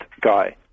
guy